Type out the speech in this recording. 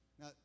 Now